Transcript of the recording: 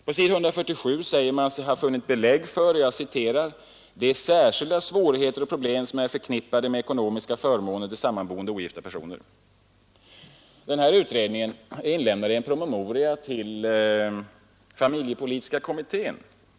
På s. 147 säger man sig ha funnit belägg för ”de särskilda svårigheter och problem, som är förknippade med ekonomiska förmåner till sammanboende ogifta personer”. Den här utredningen inlämnade en promemoria till familjepolitiska kommittén.